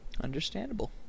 Understandable